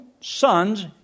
sons